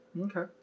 Okay